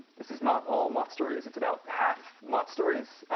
this is not all moth stories. it's about half moth stories,